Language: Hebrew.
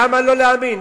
למה לא להאמין?